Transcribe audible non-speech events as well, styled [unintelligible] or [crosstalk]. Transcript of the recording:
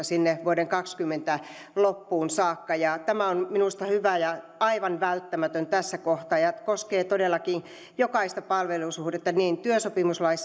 [unintelligible] sinne vuoden kaksituhattakaksikymmentä loppuun saakka tämä on minusta hyvä ja aivan välttämätöntä tässä kohtaa ja koskee todellakin jokaista palvelussuhdetta niin työsopimuslain [unintelligible]